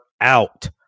out